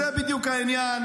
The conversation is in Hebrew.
זה בדיוק העניין: